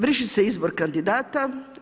Vrši se izbor kandidata.